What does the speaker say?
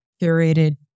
curated